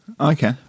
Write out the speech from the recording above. Okay